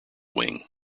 wing